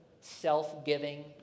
self-giving